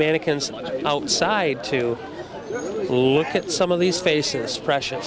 mannequins outside to look at some of these faces precious